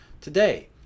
today